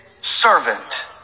servant